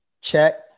Check